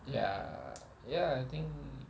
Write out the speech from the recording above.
ya ya I think